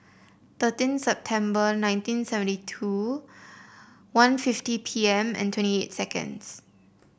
thirteen September nineteen seventy two one fifty P M and twenty eight seconds